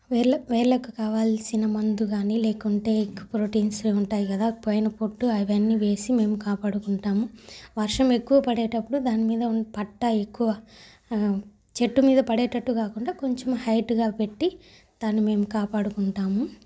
వేర్లకు వేర్లకు కావాల్సిన మందు కానీ లేకుంటే ఎగ్ ప్రోటీన్స్ ఉంటాయిగదా పైన పొట్టు అవన్నీ వేసి మేమ్ కాపాడుకుంటాము వర్షం ఎక్కువ పడేటప్పుడు దానిమీద పట్టా ఎక్కువ చెట్టు మీద పడేటట్టు కాకుండా కొంచెం హైట్గా పెట్టి దాన్ని మేమ్ కాపాడుకుంటాము